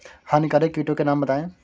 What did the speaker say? हानिकारक कीटों के नाम बताएँ?